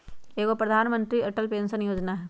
एगो प्रधानमंत्री अटल पेंसन योजना है?